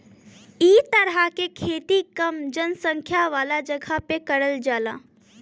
इ तरह के खेती कम जनसंख्या वाला जगह पर करल जाला